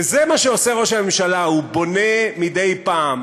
וזה מה שעושה ראש הממשלה, הוא בונה מדי פעם,